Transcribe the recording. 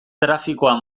trafikoa